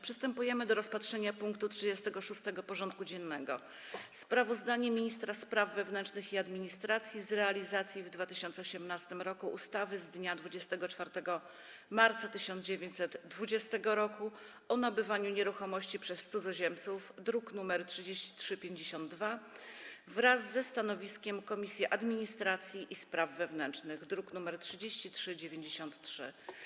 Przystępujemy do rozpatrzenia punktu 36. porządku dziennego: Sprawozdanie ministra spraw wewnętrznych i administracji z realizacji w 2018 r. ustawy z dnia 24 marca 1920 r. o nabywaniu nieruchomości przez cudzoziemców (druk nr 3352) wraz ze stanowiskiem Komisji Administracji i Spraw Wewnętrznych (druk nr 3393)